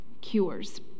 Cures